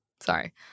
Sorry